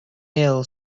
ill